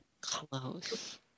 Close